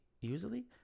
usually